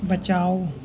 बचाओ